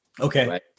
Okay